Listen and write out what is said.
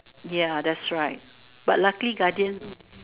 ya that's right but luckily Guardian